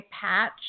patch